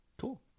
cool